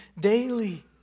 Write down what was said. daily